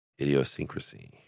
idiosyncrasy